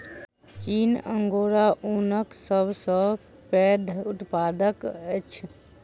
चीन अंगोरा ऊनक सब सॅ पैघ उत्पादक अछि